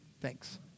Thanks